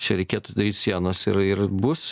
čia reikėtų daryt sienas ir ir bus